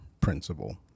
principle